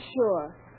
sure